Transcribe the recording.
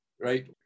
right